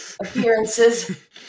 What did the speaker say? appearances